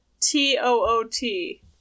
t-o-o-t